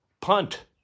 Punt